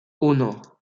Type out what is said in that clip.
uno